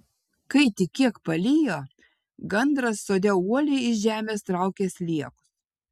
kai tik kiek palijo gandras sode uoliai iš žemės traukė sliekus